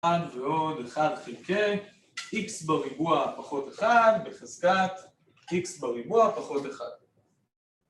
אחד ועוד אחד חלקי, x בריבוע פחות 1, בחזקת x בריבוע פחות 1